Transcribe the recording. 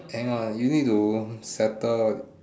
hang on you need to settle